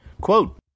Quote